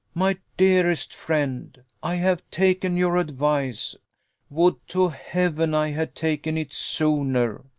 my dearest friend, i have taken your advice would to heaven i had taken it sooner!